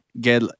get